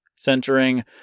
Centering